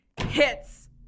hits